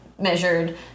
measured